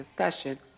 discussion